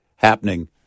happening